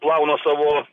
plauna savo